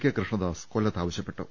K Krishnadas കൊല്ലത്ത് ആവശ്യപ്പെട്ടു